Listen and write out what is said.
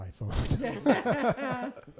iPhone